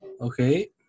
okay